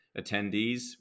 attendees